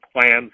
plans